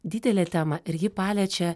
didelė tema ir ji paliečia